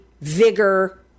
vigor